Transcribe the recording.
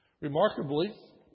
Remarkably